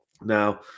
Now